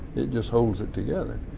it just holds it together.